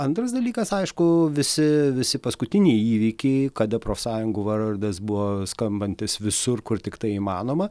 antras dalykas aišku visi visi paskutiniai įvykiai kada profsąjungų vardas buvo skambantis visur kur tiktai įmanoma